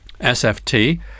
sft